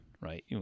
right